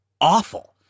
Awful